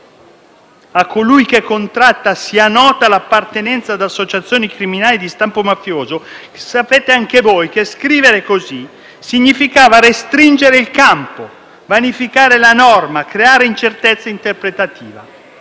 a colui che contratta è nota l'appartenenza ad associazioni criminali di stampo mafioso significava restringere il campo, vanificare la norma e creare incertezza interpretativa.